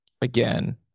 again